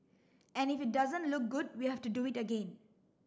and if it doesn't look good we have to do it again